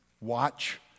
Watch